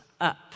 up